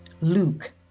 Luke